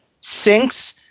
sinks